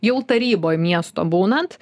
jau taryboj miesto būnant